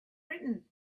britain